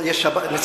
מרשה לי לטפל בו?